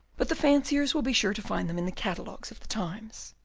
but the fanciers will be sure to find them in the catalogues of the times.